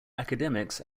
academics